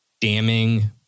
damning